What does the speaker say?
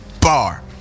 bar